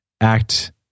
act